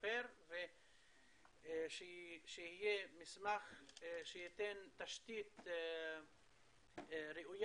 ולשפר ושיהיה מסמך שייתן תשתית ראויה